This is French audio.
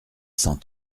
cent